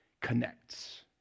connects